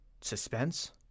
suspense